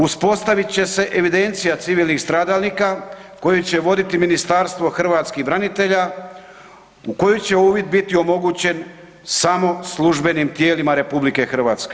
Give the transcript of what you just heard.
Uspostavit će se evidencija civilnih stradalnika koji će Ministarstvo hrvatskih branitelja koji će uvid biti omogućen samo službenim tijelima RH.